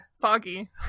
foggy